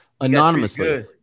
anonymously